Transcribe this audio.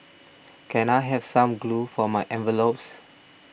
can I have some glue for my envelopes